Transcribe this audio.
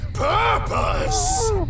PURPOSE